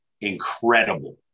incredible